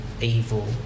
evil